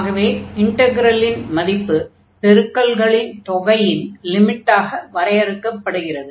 ஆகவே இன்டக்ரலின் மதிப்பு பெருக்கல்களின் தொகையின் லிமிட்டாக வரையறுக்கப்படுகிறது